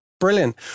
Brilliant